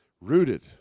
Rooted